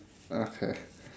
okay